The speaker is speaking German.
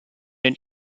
den